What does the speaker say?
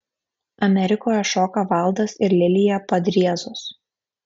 amerikoje šoka valdas ir lilija padriezos